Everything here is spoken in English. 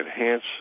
enhance